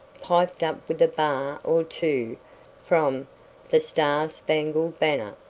piped up with a bar or two from the star spangled banner.